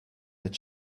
that